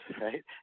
right